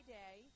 day